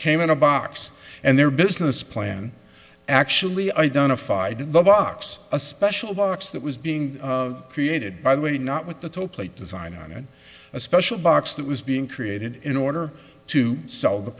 came in a box and their business plan actually identified the box a special box that was being created by the way not with the top plate design on it a special box that was being created in order to sell the